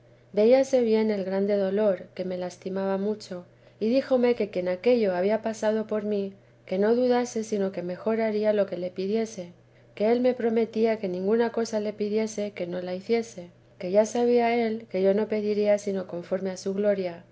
carne veíase bien el grande dolor que me lastimaba mucho y díjome que quien aquello había pasado por mí que no dudase sino que mejor haría lo que le pidiese que él me prometía que ninguna cosa le pidiese que no la hiciese que ya sabía él que yo no pediría sino conforme a su gloria